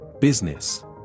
business